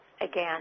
again